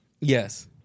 Yes